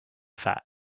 fat